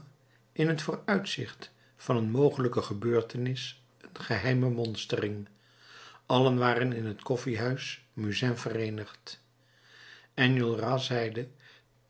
in t vooruitzicht van een mogelijke gebeurtenis een geheime monstering allen waren in het koffiehuis musain vereenigd enjolras zeide